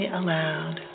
aloud